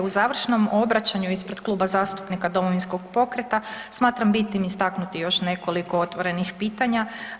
U završnom obraćanju ispred Kluba zastupnika Domovinskog pokreta smatram bitnim istaknuti još nekoliko otvorenih pitanja.